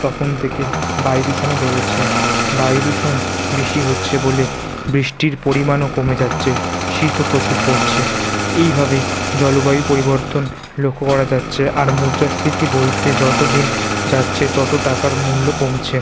তখন থেকে বায়ু দূষণও বেড়েছে বায়ু দূষণ বেশি হচ্ছে বলে বৃষ্টির পরিমাণও কমে যাচ্ছে শীতও প্রচুর পড়ছে এইভাবে জলবায়ু পরিবর্তন লক্ষ্য করা যাচ্ছে আর মুদ্রাস্ফীতি বলতে যত দিন যাচ্ছে তত টাকার মূল্য কমছে